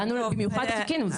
במיוחד חיכינו.